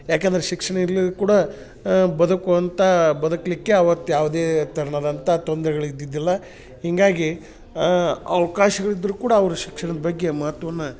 ಯಾಕೆಂದ್ರೆ ಶಿಕ್ಷಣ ಇಲ್ದಿರ್ ಕೂಡ ಬದುಕುವಂಥ ಬದುಕಲಿಕ್ಕೆ ಅವತ್ತು ಯಾವುದೇ ತೆರನಾದಂಥ ತೊಂದ್ರೆಗಳು ಇದ್ದಿದ್ದಿಲ್ಲ ಹೀಗಾಗಿ ಅವ್ಕಾಶಗಳು ಇದ್ರೂ ಕೂಡ ಅವ್ರು ಶಿಕ್ಷಣದ ಬಗ್ಗೆ ಮಹತ್ವವನ್ನು